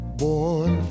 born